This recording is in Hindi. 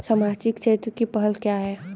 सामाजिक क्षेत्र की पहल क्या हैं?